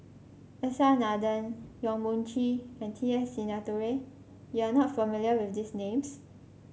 S R Nathan Yong Mun Chee and T S Sinnathuray you are not familiar with these names